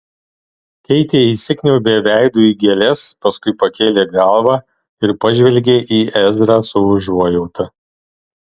keitė įsikniaubė veidu į gėles paskui pakėlė galvą ir pažvelgė į ezrą su užuojauta